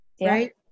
Right